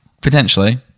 Potentially